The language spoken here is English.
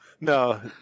no